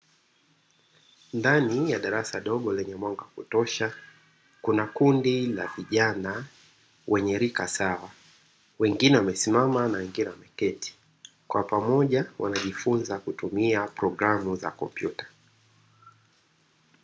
Ndani ya darasa dogo lenye mwanga wa kutosha kuna kundi la vijana wenye lika sawa, wengine wamesimama na wengine wameketi kwa pamoja wanajifunza kutumia programu za kompyuta.